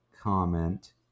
comment